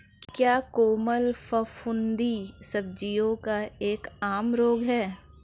क्या कोमल फफूंदी सब्जियों का एक आम रोग है?